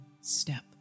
step